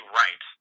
right